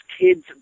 kids